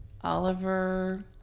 Oliver